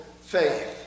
faith